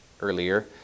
earlier